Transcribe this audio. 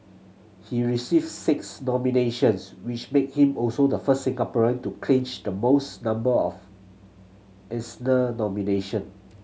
he received six nominations which made him also the first Singaporean to clinch the most number of Eisner nomination